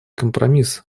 компромисс